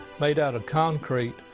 made out of concrete.